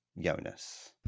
Jonas